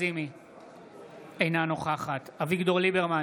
אינה נוכחת אביגדור ליברמן,